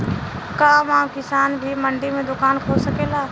का आम किसान भी मंडी में दुकान खोल सकेला?